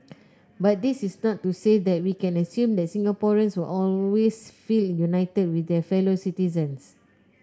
but this is not to say that we can assume that Singaporeans will always feel united with their fellow citizens